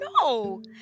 no